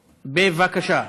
בבקשה.